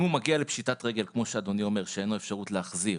אם הוא מגיע לפשיטת רגל כמו שאדוני אומר שאין לו אפשרות להחזיר,